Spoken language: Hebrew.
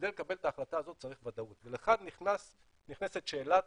כדי לקבל את ההחלטה הזאת צריך ודאות ולכאן נכנסת שאלת